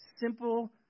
simple